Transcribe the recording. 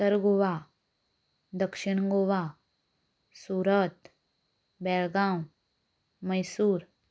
उत्तर गोवा दक्षीण गोवा सुरत बेळगांव मैसूर